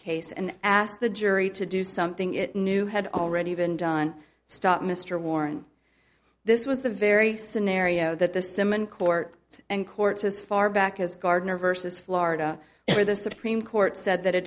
case and asked the jury to do something it knew had already been done stop mr warren this was the very scenario that the simmon court and courts as far back as gardner versus florida were the supreme court said that a